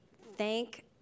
thank